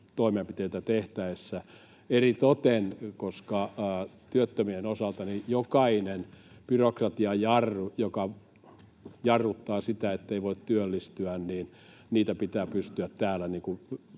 silloin ajassa — eritoten koska työttömien osalta jokaista byrokratian jarrua, joka jarruttaa sitä, ettei voi työllistyä, pitää pystyä täällä